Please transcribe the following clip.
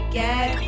get